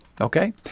Okay